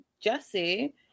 Jesse